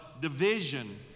division